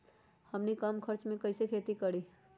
हमनी कम खर्च मे खेती कई से करी?